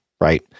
right